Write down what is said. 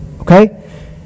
Okay